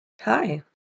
hi